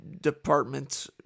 department